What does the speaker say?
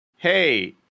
hey